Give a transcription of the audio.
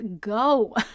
go